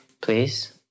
Please